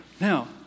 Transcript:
Now